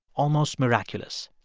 almost miraculous.